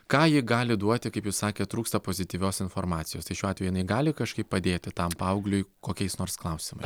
ką ji gali duoti kaip jūs sakėt trūksta pozityvios informacijos tai šiuo atveju jinai gali kažkaip padėti tam paaugliui kokiais nors klausimai